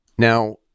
Now